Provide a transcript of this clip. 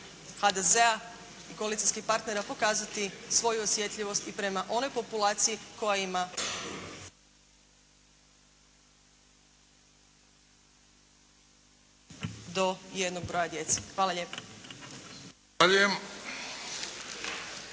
HDZ-a i koalicijskih partnera pokazati svoju osjetljivost i prema onoj populaciji koja ima …/Govornica je isključena, ne čuje